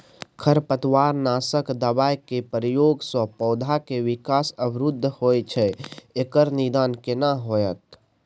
खरपतवार नासक दबाय के प्रयोग स पौधा के विकास अवरुध होय छैय एकर निदान केना होतय?